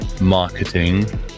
marketing